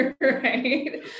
right